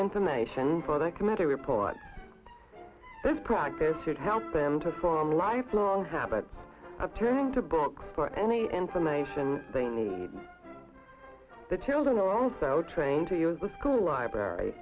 information for the committee report this practice should help them to from lifelong habit of turning to books for any information they need the children are trained to use the school library